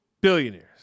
billionaires